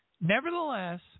Nevertheless